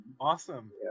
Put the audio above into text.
Awesome